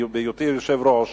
בהיותי היושב-ראש,